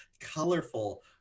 colorful